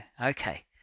okay